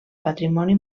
patrimoni